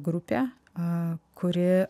grupė a kuri